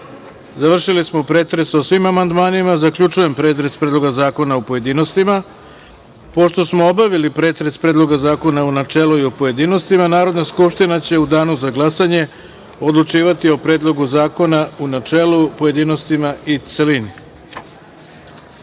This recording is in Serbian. završili smo pretres o svim amandmanima. Zaključujem pretres Predloga zakona, u pojedinostima. Pošto smo obavili pretres Predloga zakona u načelu i u pojedinostima, Narodna skupština će u danu za glasanje odlučivati o Predlogu zakona u načelu, pojedinostima i u